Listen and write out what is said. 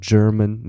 German